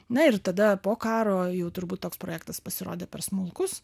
na ir tada po karo jau turbūt toks projektas pasirodė per smulkus